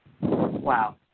Wow